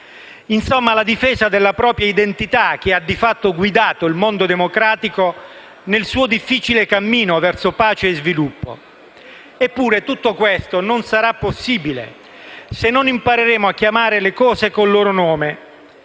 Insomma la difesa della propria identità, che ha di fatto guidato il mondo democratico nel suo difficile cammino verso pace e sviluppo. Eppure tutto questo non sarà possibile se non impareremo a chiamare le cose con il loro nome.